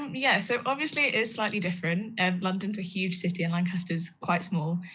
yeah so obviously it's slightly different, and london's a huge city and lancaster's quite small,